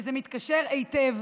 וזה מתקשר היטב